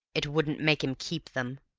it wouldn't make him keep them.